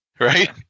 right